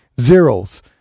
zeros